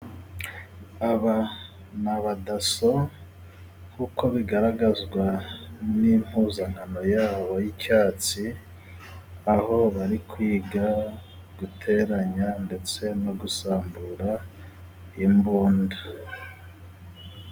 Aba ni abadaso nk'uko bigaragazwa n'impuzankano yabo y'icyatsi, aho bari kwiga guteranya ndetse no gusambura imbunda.